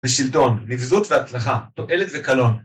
ושלטון, נבזות והצלחה, תועלת וקלון.